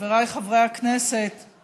חבריי חברי הכנסת,